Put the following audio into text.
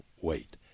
wait